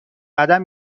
قدم